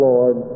Lord